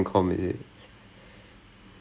ya then it was like a committee